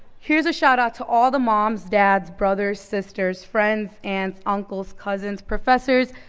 here's a shout-out to all the moms, dads, brothers, sisters, friends, aunts, uncles, cousins, professors,